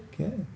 Okay